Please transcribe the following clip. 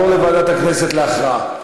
זה יעבור לוועדת הכנסת להכרעה.